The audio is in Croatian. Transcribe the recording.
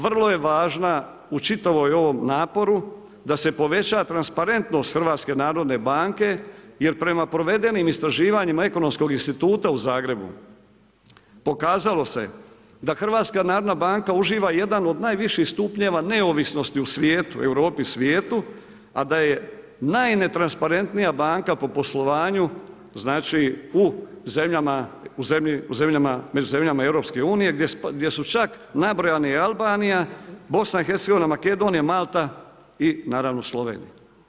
Vrlo je važna u čitavom ovom naporu, da se poveća transparentnost HNB jer prema provedenim istraživanjima Ekonomskog instituta u Zagrebu, pokazalo se da HNB uživa jedan od najviših stupnjeva neovisnosti u svijetu, Europi i svijetu a da je najnetransparentnija banka po poslovanju u zemljama, među zemljama EU, gdje su čak nabrojani Albanija, BIH, Makedonija, Malta i naravno Slovenija.